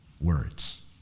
words